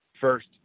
first